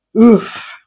oof